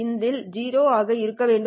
இது 0 ஆக இருக்க வேண்டும்